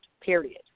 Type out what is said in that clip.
period